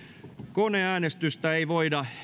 koneäänestystä ei voida